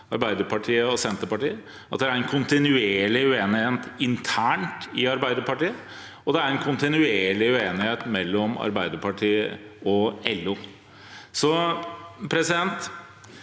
Arbeiderpartiet og Senterpartiet, det er en kontinuerlig uenighet internt i Arbeiderpartiet, og det er en kontinuerlig uenighet mellom Arbeiderpartiet og LO. Hvordan